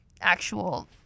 actual